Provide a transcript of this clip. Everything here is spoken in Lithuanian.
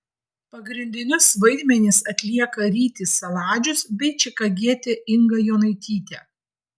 pagrindinius vaidmenis atlieka rytis saladžius bei čikagietė inga jonaitytė